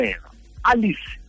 Alice